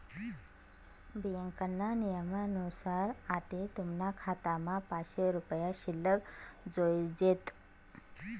ब्यांकना नियमनुसार आते तुमना खातामा पाचशे रुपया शिल्लक जोयजेत